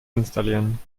installieren